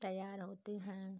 तैयार होते हैं